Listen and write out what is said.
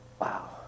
Wow